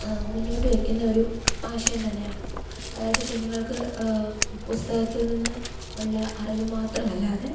മുന്നോട്ട് വെയ്ക്കുന്ന ഒരു ആശയം തന്നെയാണ് അതായത് കുഞ്ഞുങ്ങൾക്ക് പുസ്തകത്തിൽ നിന്ന് ഉള്ള അറിവ് മാത്രം അല്ലാതെ